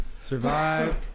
Survive